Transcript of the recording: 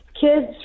kids